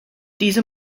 diese